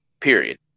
period